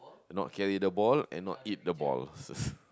not carry the ball and not eat the ball